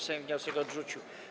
Sejm wniosek odrzucił.